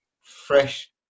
fresh